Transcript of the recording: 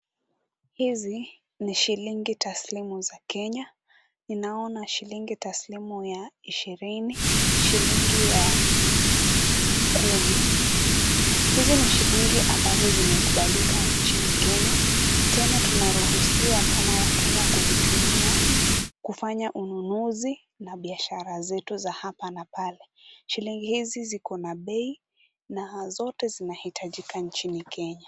Hizi ni shilingi taslimu za Kenya, ninaona shilingi taslimu ya ishirini, shilingi ya kumi. Hizi ni shilingi ambazo zimekubalika nchini Kenya, tena tunaruhusiwa kama wakenya kuvitumia kufanya ununuzi na biashara zetu za hapa na pale. Shilingi hizi ziko na bei na zote zinahitajika nchini Kenya.